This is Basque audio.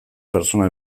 pertsona